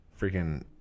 freaking